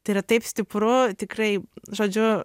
tai yra taip stipru tikrai žodžiu